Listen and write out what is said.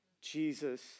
Jesus